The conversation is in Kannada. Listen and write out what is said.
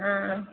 ಹಾಂ